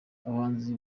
abahanzi